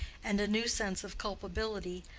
and a new sense of culpability,